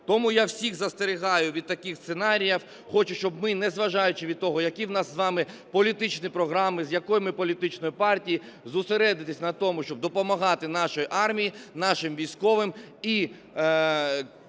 Тому я всіх застерігаю від таких сценаріїв, хочу, щоб ми, незважаючи на те, які в нас з вами політичні програми, з якої ми політичної партії, зосередитись на тому, щоб допомагати нашій армії, нашим військовим і